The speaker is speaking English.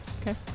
Okay